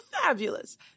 fabulous